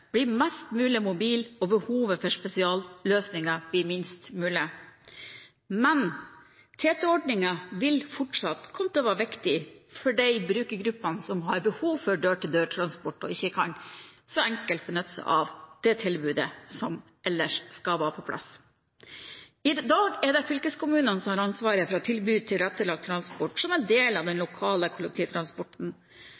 blir mest mulig mobile, og at behovet for spesialløsninger blir minst mulig. Men TT-ordningen vil fortsatt komme til å være viktig for de brukergruppene som har behov for dør-til-dør-transport og ikke så enkelt kan benytte seg av det tilbudet som ellers skal være på plass. I dag er det fylkeskommunene som har ansvaret for å tilby tilrettelagt transport som en del av den